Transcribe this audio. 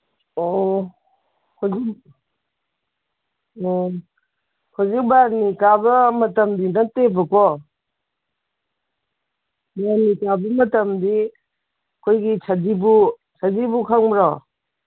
ꯑꯣ ꯑꯣ ꯍꯧꯖꯤꯛ ꯕꯥꯔꯨꯅꯤ ꯀꯥꯕ ꯃꯇꯝꯗꯤ ꯅꯠꯇꯦꯕꯀꯣ ꯕꯥꯔꯨꯅꯤ ꯀꯥꯕ ꯃꯇꯝꯗꯤ ꯑꯩꯈꯣꯏꯒꯤ ꯁꯖꯤꯕꯨ ꯁꯖꯤꯕꯨ ꯈꯪꯕ꯭ꯔꯣ